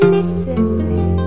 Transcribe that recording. Listen